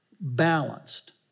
balanced